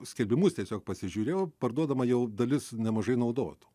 skelbimus tiesiog pasižiūriu parduodama jau dalis nemažai naudotų